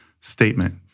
statement